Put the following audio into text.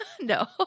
No